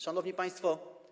Szanowni Państwo!